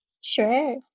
Sure